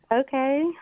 Okay